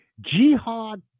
jihad